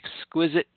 exquisite